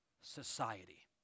society